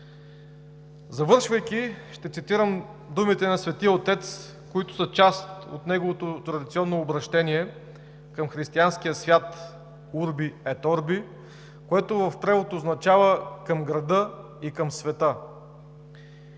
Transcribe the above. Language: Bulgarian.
Завършвайки, ще цитирам думите на Светия отец, които са част от неговото традиционно обръщение към християнския свят Urbi et Orbi, което в превод означава „Към града и към света“.